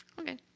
Okay